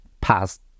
past